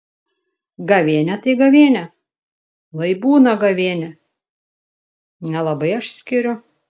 gavėnia tai gavėnia lai būna gavėnia nelabai aš skiriu